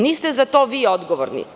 Niste za to vi odgovorni.